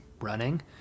running